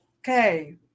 okay